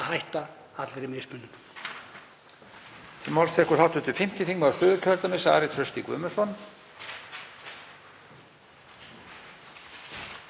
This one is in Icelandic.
að hætta allri mismunun?